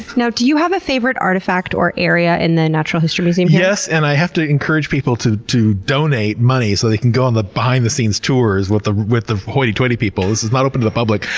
now, do you have a favorite artifact or area in the natural history museum here? yes, and i have to encourage people to to donate money so they can go on the behind the scenes tours with the with the hoity toity people. this is not open to the public.